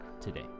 today